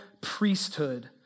priesthood